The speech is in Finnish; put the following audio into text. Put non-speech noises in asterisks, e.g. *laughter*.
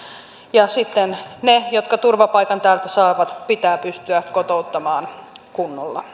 ja sitten ne jotka turvapaikan täältä saavat pitää pystyä kotouttamaan kunnolla *unintelligible*